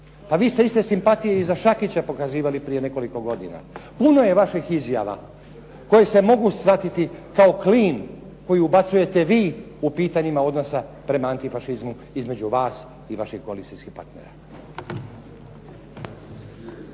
Pa vi ste iste simpatije i za Šakića pokazivali prije nekoliko godina. Puno je vaših izjava koje se mogu shvatiti kao klin koji ubacujete vi u pitanjima odnosa prema antifašizmu između vas i vaših koalicijskih parntera.